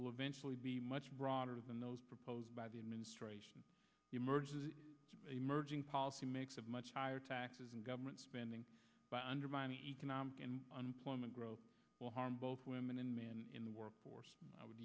will eventually be much broader than those proposed by the administration emerges emerging policy makes it much higher taxes and government spending by undermining economic and unemployment growth will harm both women and men in the workforce i would